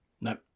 No